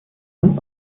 und